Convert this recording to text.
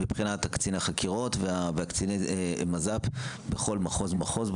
מבחינת קצין החקירות וקציני מז"פ בכל מחוז ומחוז,